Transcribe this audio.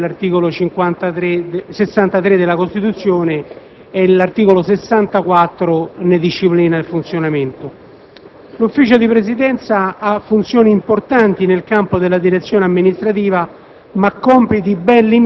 trova fondamento nell'articolo 63 della Costituzione e l'articolo 64 ne disciplina il funzionamento. Il Consiglio di Presidenza ha funzioni importanti nel campo della direzione amministrativa,